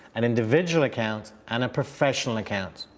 an individual account and a professional account.